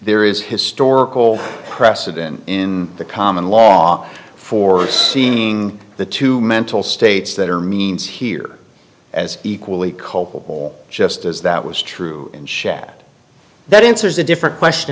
there is historical precedent in the common law for seeing the two mental states that are means here as equally culpable just as that was true and share that inspires a different question